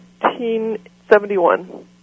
1971